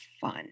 fun